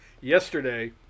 yesterday